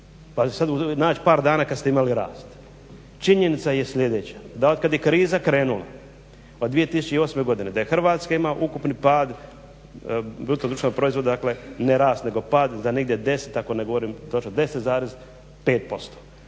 pa sada naći par dana kada ste imali rast. Činjenica je sljedeća da od kada je kriza krenula od 2008.godine da Hrvatska ima ukupni pad BDP-a dakle ne rast nego pad da negdje 10 ako ne govorim točno 10,5%.